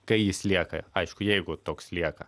kai jis lieka aišku jeigu toks lieka